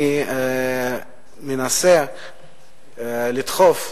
אני אנסה לדחוף,